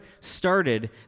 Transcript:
started